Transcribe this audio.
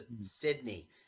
Sydney